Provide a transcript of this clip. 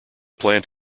plant